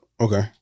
Okay